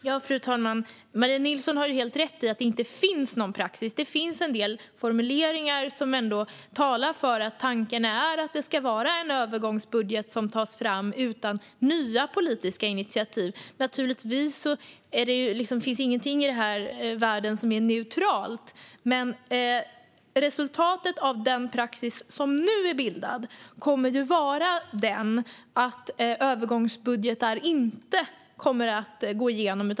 Fru talman! Maria Nilsson har ju helt rätt i att det inte finns någon praxis. Det finns en del formuleringar som ändå talar för tanken att det ska vara en övergångsbudget som inte innehåller några nya politiska initiativ. Naturligtvis finns det ingenting här i världen som är neutralt. Men resultatet av den praxis som nu är bildad är att övergångsbudgetar inte kommer att gå igenom.